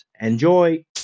enjoy